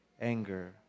anger